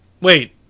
Wait